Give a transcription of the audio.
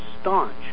staunch